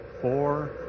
four